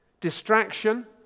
distraction